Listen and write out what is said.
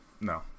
no